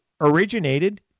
originated